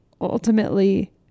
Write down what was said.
ultimately